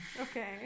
Okay